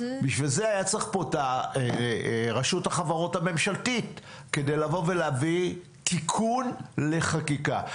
בשביל זה היה צריך פה את רשות החברות הממשלתית כדי להביא תיקון לחקיקה.